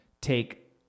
take